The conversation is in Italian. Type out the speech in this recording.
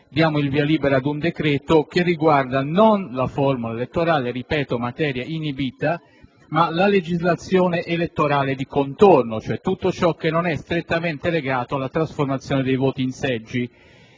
si dà il via libera ad un decreto-legge, che non riguarda la formula elettorale - lo ripeto, materia inibita - ma la legislazione elettorale di contorno e dunque tutto ciò che non è strettamente legato alla trasformazione dei voti in seggi.